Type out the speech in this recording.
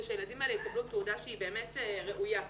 כדי שהילדים האלה יקבלו תעודה שהיא באמת ראויה.